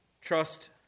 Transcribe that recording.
Trust